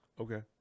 Okay